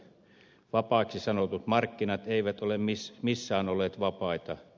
vapaiksi sanotut markkinat eivät ole missään olleet vapaita